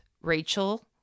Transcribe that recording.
Rachel